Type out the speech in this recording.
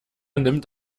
nimmt